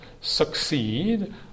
succeed